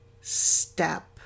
step